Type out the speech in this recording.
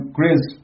Grizz